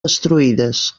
destruïdes